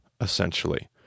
essentially